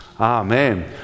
Amen